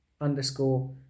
underscore